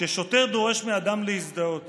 כששוטר דורש מאדם להזדהות